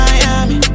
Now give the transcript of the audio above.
Miami